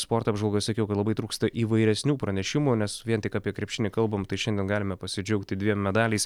sporto apžvalgoj sakiau kad labai trūksta įvairesnių pranešimų nes vien tik apie krepšinį kalbam tai šiandien galime pasidžiaugti dviem medaliais